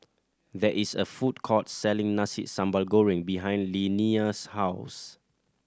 there is a food court selling Nasi Sambal Goreng behind Linnea's house